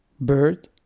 Bird